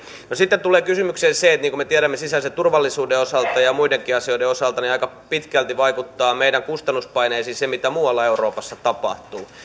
sitten tulee kysymykseen se niin kuin me tiedämme sisäisen turvallisuuden osalta ja muidenkin asioiden osalta että aika pitkälti vaikuttaa meidän kustannuspaineisiimme se mitä muualla euroopassa tapahtuu